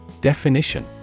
Definition